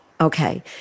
Okay